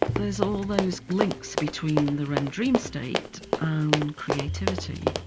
there's all those links between the rem dream state and creativity.